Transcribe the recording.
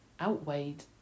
outweighed